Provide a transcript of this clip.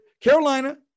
Carolina